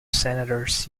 senators